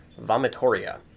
vomitoria